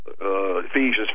Ephesians